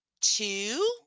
two